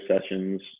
sessions